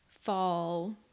fall